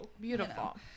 beautiful